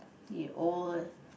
the old